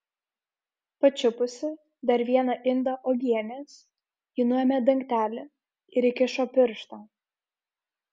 pačiupusi dar vieną indą uogienės ji nuėmė dangtelį ir įkišo pirštą